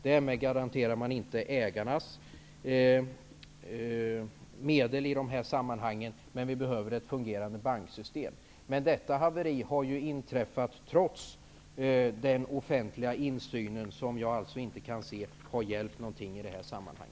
Därmed garanterar man inte ägarnas medel i dessa sammanhang, men vi behöver ett fungerande banksystem. Detta haveri har ju inträffat trots den offentliga insynen, och jag kan därför inte se att den har gett något positivt bidrag i detta sammanhang.